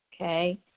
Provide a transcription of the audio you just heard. okay